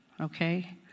okay